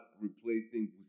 replacing